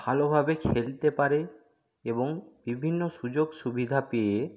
ভালোভাবে খেলতে পারে এবং বিভিন্ন সুযোগ সুবিধা পেয়ে